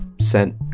Sent